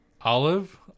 Olive